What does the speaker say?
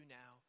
now